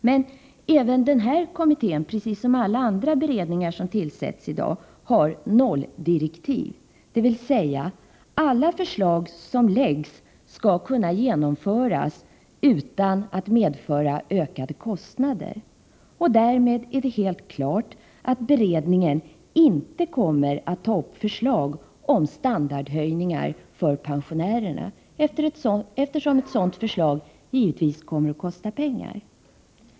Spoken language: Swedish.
Men även denna kommitté, precis som alla andra beredningar som tillsätts i dag, har nolldirektiv, dvs. alla förslag som läggs fram skall kunna genomföras utan att det medför en ökning av kostnaderna. Därmed är det helt klart att beredningen inte kommer att ta upp förslag om standardförbättring för pensionärerna, eftersom ett genomförande av förslagen givetvis skulle komma att kosta pengar.